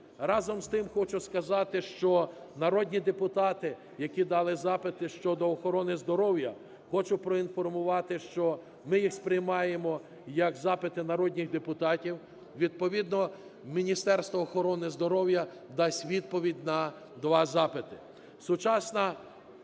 Разом з тим, хочу сказати, що народні депутати, які дали запити щодо охорони здоров'я, хочу проінформувати, що ми їх сприймаємо як запити народних депутатів. Відповідно Міністерство охорони здоров'я дасть відповідь на два запити.